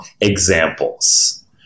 examples